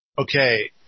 okay